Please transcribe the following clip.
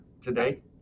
today